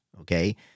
okay